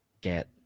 get